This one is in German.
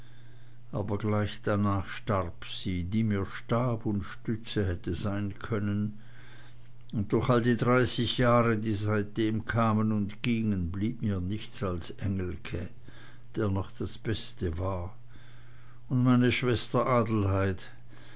aber gleich darnach starb sie die mir stab und stütze hätte sein können und durch all die dreißig jahre die seitdem kamen und gingen blieb mir nichts als engelke der noch das beste war und meine schwester adelheid